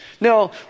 Now